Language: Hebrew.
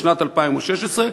בשנת 2016?